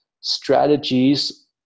strategies